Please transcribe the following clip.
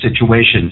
situations